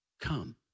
come